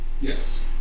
Yes